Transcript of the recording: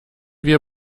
wir